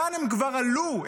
כאן הן כבר עלו,